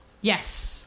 Yes